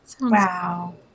Wow